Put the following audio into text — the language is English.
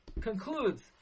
concludes